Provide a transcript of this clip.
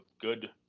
good